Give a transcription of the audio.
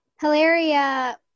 Hilaria